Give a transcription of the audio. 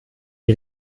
die